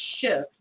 shift